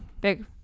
big